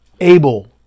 Abel